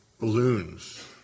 balloons